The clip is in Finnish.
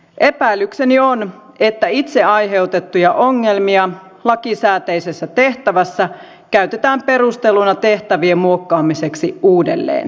epäilykseni on että itse aiheutettuja ongelmia lakisääteisessä tehtävässä käytetään perusteluina tehtävien muokkaamiseksi uudelleen